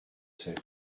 sept